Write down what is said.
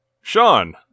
Sean